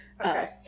Okay